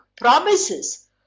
promises